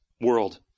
world